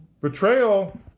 Betrayal